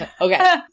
Okay